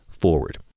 forward